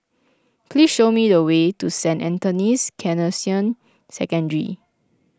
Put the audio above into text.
please show me the way to Saint Anthony's Canossian Secondary